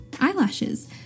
eyelashes